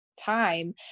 time